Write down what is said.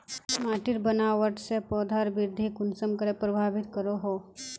माटिर बनावट से पौधा वृद्धि कुसम करे प्रभावित करो हो?